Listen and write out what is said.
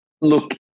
Look